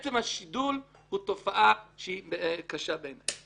עצם השידול הוא תופעה שהיא קשה בעיניי.